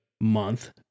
month